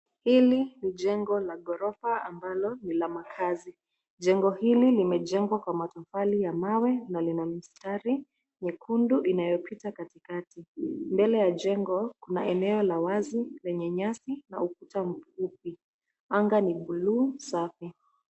Hili ni jengo la ghorofa ambalo ni la makazi. Jengo hili limejengwa kwa matofali ya mawe na lina mistari myekundu inayopita katikati. Mbele ya jengo kuna eneo la wazi lenye nyasi au ukuta mfupi. Anga ni bluu safi.